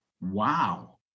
Wow